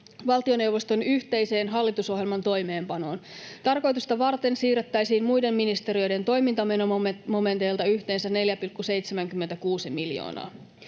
valtioneuvoston yhteiseen hallitusohjelman toimeenpanoon. Tarkoitusta varten siirrettäisiin muiden ministeriöiden toimintamenomomenteilta yhteensä 4,76 miljoonaa.